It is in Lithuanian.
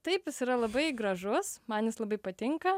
taip jis yra labai gražus man jis labai patinka